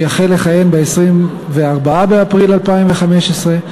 שיחל לכהן ב-24 באפריל 2015,